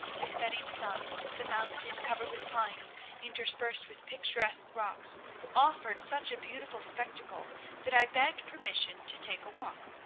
the setting sun, the mountain covered with pines interspersed with picturesque rocks offered such a beautiful spectacle that i begged permission to take a walk.